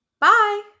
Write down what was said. Bye